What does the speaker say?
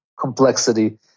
complexity